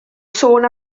sôn